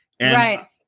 Right